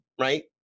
right